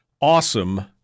awesome